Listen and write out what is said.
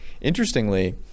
Interestingly